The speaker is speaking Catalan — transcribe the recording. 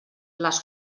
les